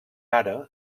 ara